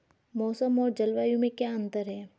मौसम और जलवायु में क्या अंतर?